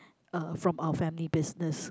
uh from our family business